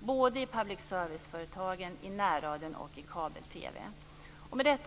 både i public service-företagen, i närradion och i kabel-TV. Herr talman!